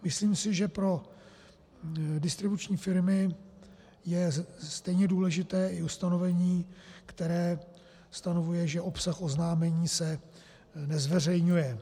Myslím si, že pro distribuční firmy je stejně důležité i ustanovení, které stanovuje, že obsah oznámení se nezveřejňuje.